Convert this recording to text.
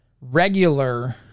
regular